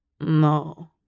No